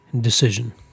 decision